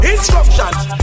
Instructions